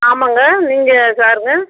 ஆமாங்க நீங்கள் யாருங்க